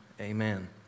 amen